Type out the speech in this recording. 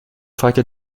fragte